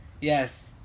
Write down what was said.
Yes